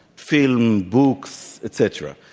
film, books, et cetera.